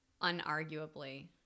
unarguably